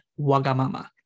Wagamama